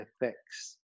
effects